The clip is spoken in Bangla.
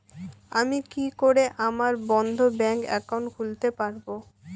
আমি কি করে আমার বন্ধ ব্যাংক একাউন্ট খুলতে পারবো?